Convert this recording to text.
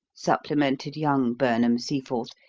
supplemented young burnham-seaforth,